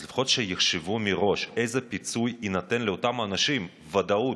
אז לפחות שיחשבו מראש איזה פיצוי יינתן לאותם אנשים בוודאות,